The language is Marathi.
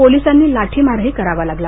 पोलीसांना लाठीमारही करावा लागला